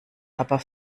aber